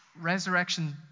Resurrection